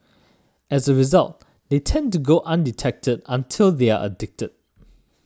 as a result they tend to go undetected until they are addicted